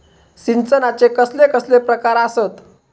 सिंचनाचे कसले कसले प्रकार आसत?